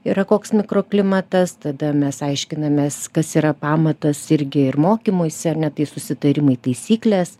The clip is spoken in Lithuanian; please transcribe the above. yra koks mikroklimatas tada mes aiškinamės kas yra pamatas irgi ir mokymuisi ar ne tai susitarimai taisyklės